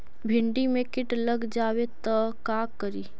भिन्डी मे किट लग जाबे त का करि?